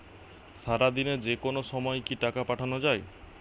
সারাদিনে যেকোনো সময় কি টাকা পাঠানো য়ায়?